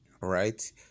right